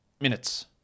minutes